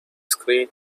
screen